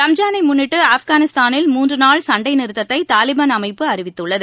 ரம்ஜாளை முன்னிட்டு ஆப்கானிஸ்தானில் மூன்று நாள் சண்டை நிறுத்தத்தை தாலிபான் அமைப்பு அறிவித்துள்ளது